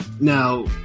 Now